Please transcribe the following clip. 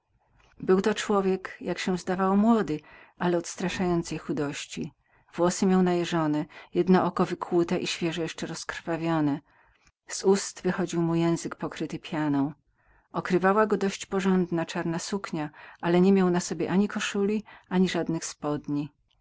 był to człowiek jak się zdawało młody ale odstraszającej chudości włosy miał najeżone jedno oko wykłute i świeżo jeszcze rozkrwawione z ust wychodził mu język pokryty pianą czarna suknia go okrywała ale nie miał ani koszuli ani